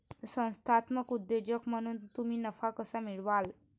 संस्थात्मक उद्योजक म्हणून तुम्ही नफा कसा मिळवाल?